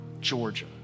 Georgia